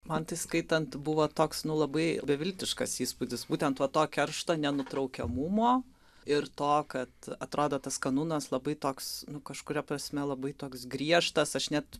man tai skaitant buvo toks nu labai beviltiškas įspūdis būtent va to keršto nenutraukiamumo ir to kad atrodo tas kanunas labai toks nu kažkuria prasme labai toks griežtas aš net